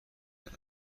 دارم